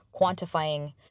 quantifying